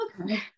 Okay